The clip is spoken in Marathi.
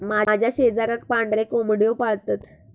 माझ्या शेजाराक पांढरे कोंबड्यो पाळतत